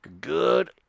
Good